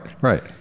right